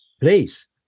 Please